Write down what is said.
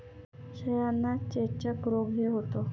शेळ्यांना चेचक रोगही होतो